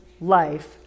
life